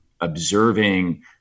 observing